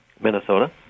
Minnesota